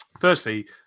Firstly